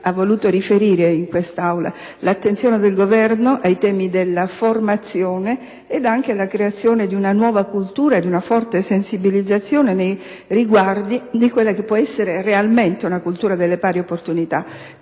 ha voluto riferire in quest'Aula: l'attenzione del Governo ai temi della formazione ed anche alla creazione di una nuova cultura e di una forte sensibilizzazione nei riguardi di quella che può essere realmente una cultura delle pari opportunità.